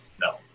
no